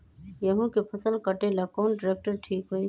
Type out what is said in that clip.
गेहूं के फसल कटेला कौन ट्रैक्टर ठीक होई?